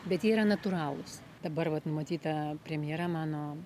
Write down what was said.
bet jie yra natūralūs dabar vat numatyta premjera mano